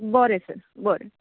बरें सर बरें